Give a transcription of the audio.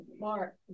Mark